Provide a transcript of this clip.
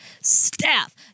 staff